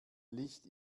licht